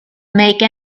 make